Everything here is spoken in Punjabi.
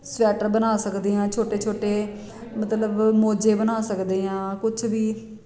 ਸੂਐਟਰ ਬਣਾ ਸਕਦੇ ਹਾਂ ਛੋਟੇ ਛੋਟੇ ਮਤਲਬ ਮੋਜੇ ਬਣਾ ਸਕਦੇ ਹਾਂ ਕੁਛ ਵੀ